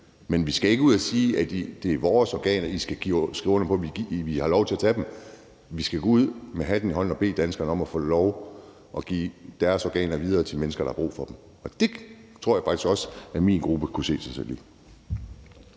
men vi skal ikke ud at sige: Det er vores organer, og I skal skrive under på, at vi har lov til at tage dem. Vi skal gå ud med hatten i hånden og bede danskerne om at få lov til at give deres organer videre til mennesker, der har brug for dem. Det tror jeg faktisk også at min gruppe kunne se sig selv i.